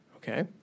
Okay